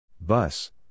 Bus